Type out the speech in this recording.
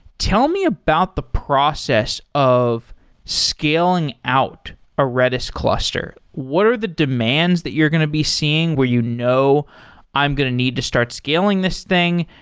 tell me about the process of scaling out a redis cluster? what are the demands that you're going to be seeing where you know i'm going to need to start scaling this thing?